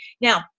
Now